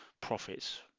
profits